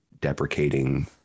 deprecating